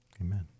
Amen